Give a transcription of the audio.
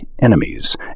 Enemies